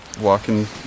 walking